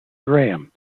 graham